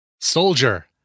soldier